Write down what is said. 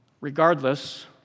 Regardless